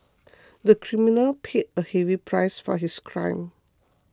the criminal paid a heavy price for his crime